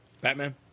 Batman